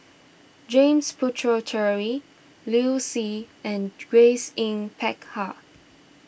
James Puthucheary Liu Si and Grace Yin Peck Ha